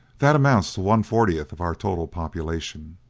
that amounts to one-fortieth of our total population.